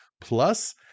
Plus